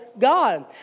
God